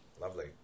Lovely